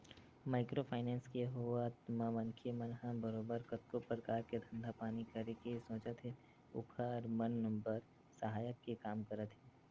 micro finance के होवत म मनखे मन ह बरोबर कतको परकार के धंधा पानी करे के सोचत हे ओखर मन बर सहायक के काम करत हे